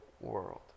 world